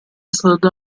stata